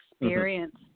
experience